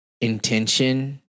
intention